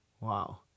Wow